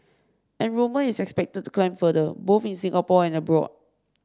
enrolment is expected to climb further both in Singapore and abroad